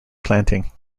planting